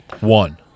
One